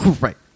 Right